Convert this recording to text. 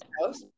house